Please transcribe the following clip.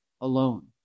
alone